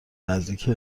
نزدیک